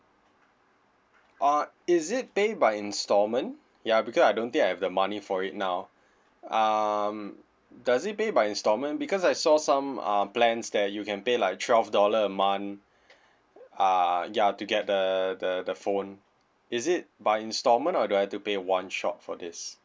uh is it pay by instalment ya because I don't think I have the money for it now um does it pay by instalment because I saw some uh plans that you can pay like twelve dollar a month err ya to get the the the phone is it by instalment or do I have to pay one shot for this